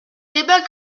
débat